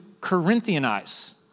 Corinthianize